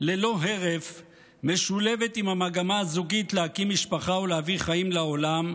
ללא הרף משולבת עם המגמה הזוגית להקים משפחה ולהביא חיים לעולם,